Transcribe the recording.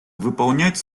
выполнять